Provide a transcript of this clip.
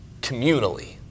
communally